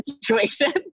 situation